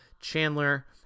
Chandler